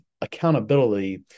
accountability